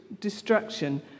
destruction